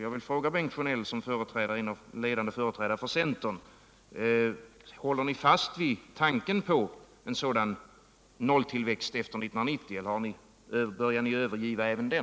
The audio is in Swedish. Jag vill fråga Bengt Sjönell, som är en ledande företrädare för centern: låller ni fast vid tanken på en sådan nolltillväxt efter 1990 eller börjar ni överge även den?